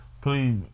please